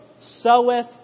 soweth